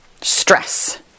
stress